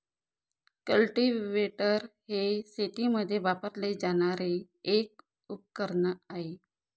cultivator हे शेतीमध्ये वापरले जाणारे एक उपकरण आहे